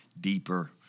deeper